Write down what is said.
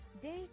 day